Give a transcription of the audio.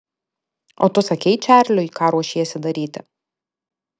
o tu sakei čarliui ką ruošiesi daryti